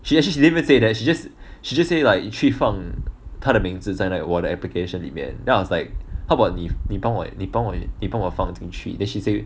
she actually she didn't even say that she just she just say like 你去放他名字在那个我的 application 里面 then I was like how about 你帮我你帮我放进去 then she say